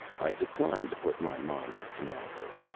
i decline to put my mind on a canal-boat,